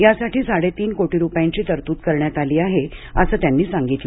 यासाठी साडेतीन कोटी रुपयांची तरतूद करण्यात आली आहे असं त्यांनी सांगितलं